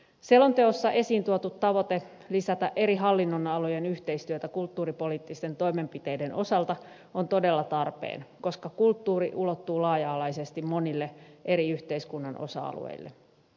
selonteossa esiin tuotu tavoite lisätä eri hallinnonalojen yhteistyötä kulttuuripoliittisten toimenpiteiden osalta on todella tarpeen koska kulttuuri ulottuu laaja alaisesti monille yhteiskunnan eri osa alueille